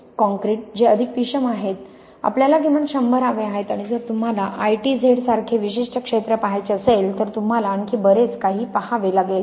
concrete जे अधिक विषम आहेत आपल्याला किमान शंभर हवे आहेत आणि जर तुम्हाला I T Z सारखे विशिष्ट क्षेत्र पहायचे असेल तर तुम्हाला आणखी बरेच काही पहावे लागेल